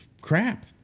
crap